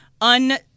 un